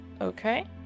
Okay